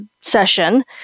session